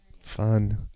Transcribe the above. Fun